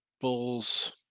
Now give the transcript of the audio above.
Bulls